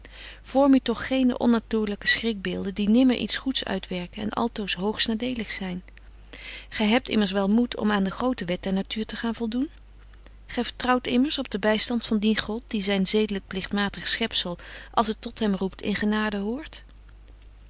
u toch geene onnatuurlyke schrikbeelden die nimmer iets goeds uitwerken en altoos hoogst nadelig zyn gy hebt immers wel moed om aan de grote wet der natuur te gaan voldoen gy vertrouwt immers op den bystand van dien god die zyn zedelyk pligtmatig schepzel als het tot hem roept in genade